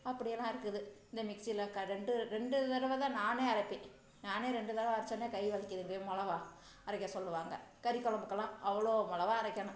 அப்படியெல்லாம் இருக்குது இந்த மிக்ஸியில் க ரெண்டு ரெண்டு தடவை தான் நானே அரைப்பேன் நானே ரெண்டு தடவை அரைச்சவொன்னே கை வலிக்குதும்பேன் மிளவா அரைக்க சொல்லுவாங்க கறி குழம்புக்கெல்லாம் அவ்வளோ மிளவா அரைக்கணும்